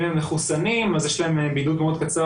אם הם מחוסנים אז יש להם בידוד מאוד קצר,